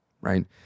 right